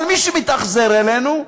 אבל מי שמתאכזר אלינו,